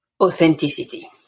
Authenticity